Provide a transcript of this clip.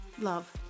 love